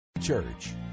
church